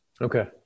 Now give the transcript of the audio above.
Okay